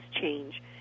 change